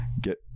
get